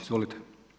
Izvolite.